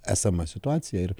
esama situacija ir